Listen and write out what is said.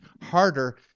harder